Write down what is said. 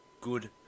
good